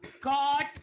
god